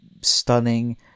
stunning